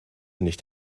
nicht